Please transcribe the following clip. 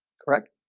correct?